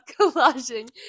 collaging